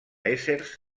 éssers